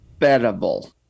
bettable